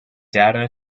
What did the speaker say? data